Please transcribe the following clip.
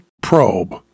probe